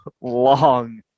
long